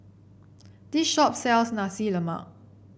this shop sells Nasi Lemak